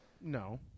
No